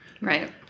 Right